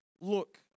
look